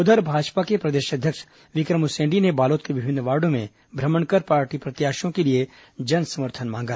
उधर भाजपा के प्रदेश अध्यक्ष विक्रम उसेंडी ने बालोद के विभिन्न वार्डो में भ्रमण कर पार्टी प्रत्याशियों के लिए जनसमर्थन मांगा